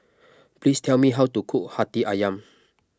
please tell me how to cook Hati Ayam